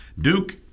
Duke